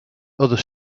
other